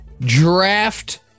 draft